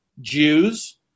Jews